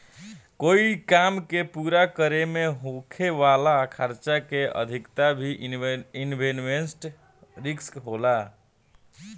कोई काम के पूरा करे में होखे वाला खर्चा के अधिकता भी इन्वेस्टमेंट रिस्क होला